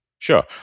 Sure